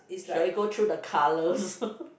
shall we go through the colors